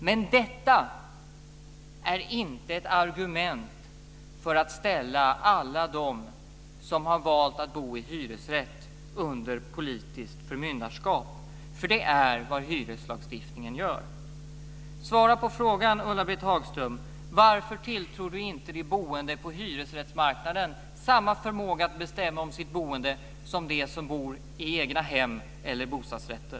Men detta är inte ett argument för att ställa alla dem som har valt att bo i hyresrätt under politiskt förmyndarskap, för det är vad hyreslagstiftningen gör. Svara på frågan, Ulla Britt Hagström! Varför tilltror inte Ulla-Britt Hagström de boende på hyresrättsmarknaden samma förmåga att bestämma om sitt boende som de som bor i egnahem eller bostadsrätter?